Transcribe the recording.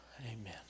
amen